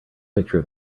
picture